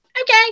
okay